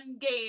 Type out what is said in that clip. game